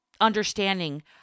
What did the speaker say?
understanding